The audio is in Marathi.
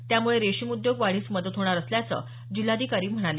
त्यामुळे रेशीम उद्योग वाढीस मदत होणार असल्याचं जिल्हाधिकारी म्हणाले